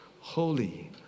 holy